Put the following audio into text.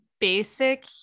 basic